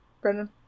Brendan